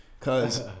Cause